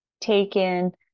taken